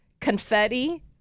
Confetti